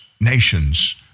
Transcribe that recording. nations